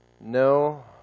No